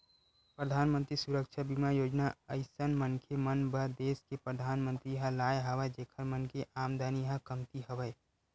परधानमंतरी सुरक्छा बीमा योजना अइसन मनखे मन बर देस के परधानमंतरी ह लाय हवय जेखर मन के आमदानी ह कमती हवय